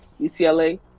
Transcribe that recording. UCLA